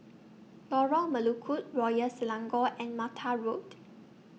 Lorong Melukut Royal Selangor and Mata Road